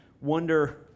wonder